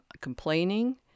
complaining